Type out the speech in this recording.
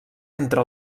entre